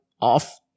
off